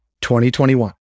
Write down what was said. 2021